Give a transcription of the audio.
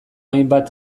hainbat